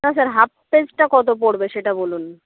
না sir half পেজটা কতো পড়বে সেটা বলুন